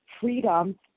Freedom